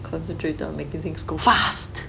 concentrated making things go fast